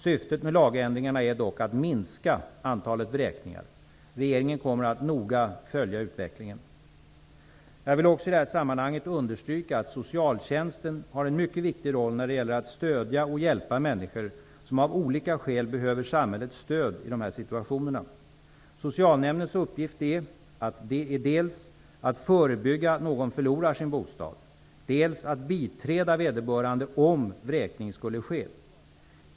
Syftet med lagändringarna är dock att minska antalet vräkningar. Regeringen kommer att noga följa utvecklingen. Jag vill också i det här sammanhanget understryka att socialtjänsten har en mycket viktig roll när det gäller att stödja och hjälpa människor som av olika skäl behöver samhällets stöd i de här situationerna. Socialnämndens uppgift är dels att förebygga att någon förlorar sin bostad, dels att biträda vederbörande om vräkning skulle ske.